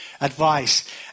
advice